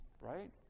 right